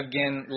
Again